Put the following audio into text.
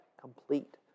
complete